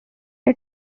are